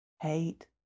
hate